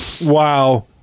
Wow